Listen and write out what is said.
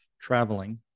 traveling